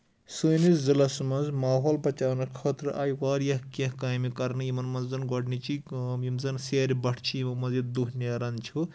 سٲنِس ضلَس منٛز ماحول بَچاونہٕ خٲطرٕ آیہِ واریاہ کیٚنٛہہ کامہِ کرنہٕ یِمن منٛز زَن گۄڈٕنِچی کٲم یِمن منٛز سیرِ بٹھہٕ چھِ یِمو منٛز یہِ دُہ نیران چھُ